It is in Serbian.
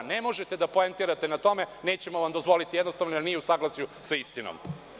Ne možete da poentirate na tome, nećemo vam dozvoliti jer nije u saglasju sa istinom.